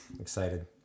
Excited